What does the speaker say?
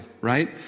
right